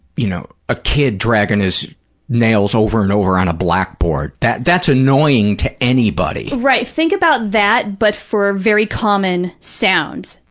you know, a kid dragging his nails over and over on a blackboard. that's annoying to anybody. right. think about that but for a very common sound,